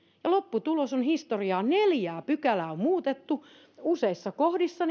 ja lopputulos on historiaa neljää pykälää on on muutettu useissa kohdissa